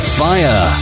fire